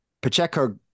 Pacheco